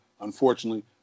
unfortunately